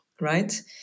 right